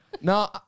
No